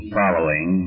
following